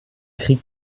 krieg